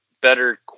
better